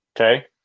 Okay